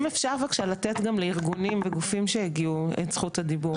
אם אפשר בבקשה לתת גם לארגונים וגופים שהגיעו את זכות הדיבור.